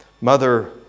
Mother